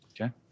Okay